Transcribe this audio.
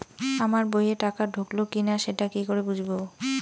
আমার বইয়ে টাকা ঢুকলো কি না সেটা কি করে বুঝবো?